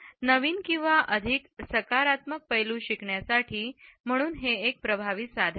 नवीन किंवा अधिक सकारात्मक पैलू शिकण्यासाठी म्हणून हे एक प्रभावी साधन आहे